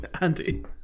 Andy